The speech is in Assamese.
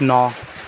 ন